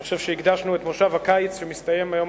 אני חושב שהקדשנו את כנס הקיץ שמסתיים היום,